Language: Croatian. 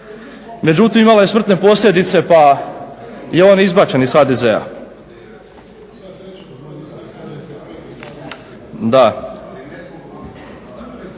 međutim imala je smrtne posljedice pa je on izbačen iz HDZ-a.